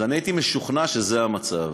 אז אני הייתי משוכנע שזה המצב.